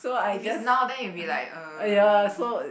if it's now then you'll be like uh